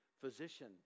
physician